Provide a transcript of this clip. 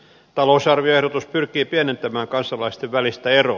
talousarvioehdotus pyrkii pienentämään kansalaisten välistä eroa